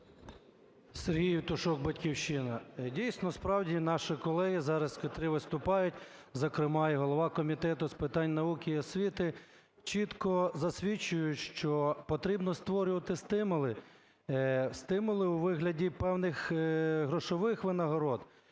Сергій Євтушок, "Батьківщина". Дійсно, справді, наші колеги, зараз котрі виступають, зокрема і голова Комітету з питань науки і освіти, чітко засвідчують, що потрібно створювати стимули, стимули у вигляді певних грошових винагород.